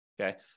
okay